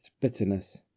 bitterness